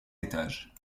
étages